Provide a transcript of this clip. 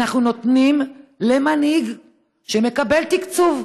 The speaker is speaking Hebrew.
אנחנו נותנים למנהיג שמקבל תקציב,